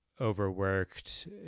overworked